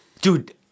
Dude